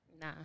Nah